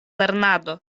lernado